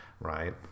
right